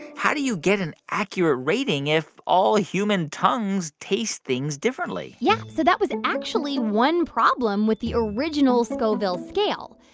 how do you get an accurate rating if all human tongues taste things differently? yeah, so that was actually one problem with the original scoville scale.